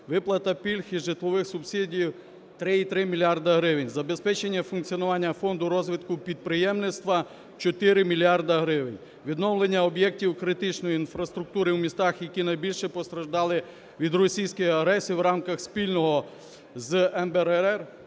виплата пільг і житлових субсидій – 3,3 мільярда гривень; забезпечення функціонування Фонду розвитку підприємництва – 4 мільярди гривень; відновлення об'єктів критичної інфраструктури в містах, які найбільше постраждали від російської агресії, в рамках спільного з МБРР